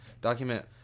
document